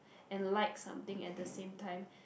and like something at the same time